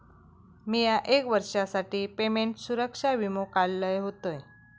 मिया एक वर्षासाठी पेमेंट सुरक्षा वीमो काढलय होतय